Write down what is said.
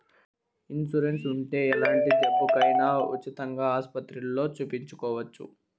insurance ఉంటే ఎలాంటి జబ్బుకైనా ఉచితంగా ఆస్పత్రుల్లో సూపించుకోవచ్చు